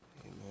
Amen